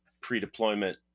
pre-deployment